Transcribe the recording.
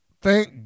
thank